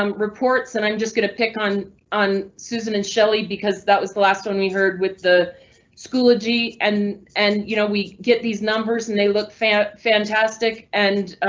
um reports and i'm just going to pick on on susan and shelly because that was the last one we heard with the schoology and and you know, we get these numbers and they look fantastic. and